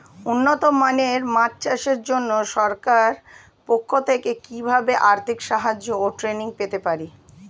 উন্নত মানের মাছ চাষের জন্য সরকার পক্ষ থেকে কিভাবে আর্থিক সাহায্য ও ট্রেনিং পেতে পারি?